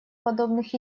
подобных